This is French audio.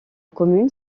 commune